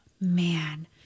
Man